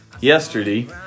yesterday